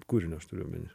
kūrinio aš turiu omeny